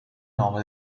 nome